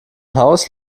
haus